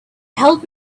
helped